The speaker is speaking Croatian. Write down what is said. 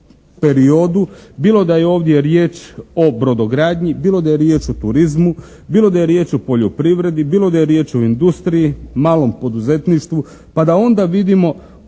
periodu bilo da je ovdje riječ o brodogradnji, bilo da je riječ o turizmu, bilo da je riječ o poljoprivredi, bilo da je riječ o industriji, malom poduzetništvu pa da onda vidimo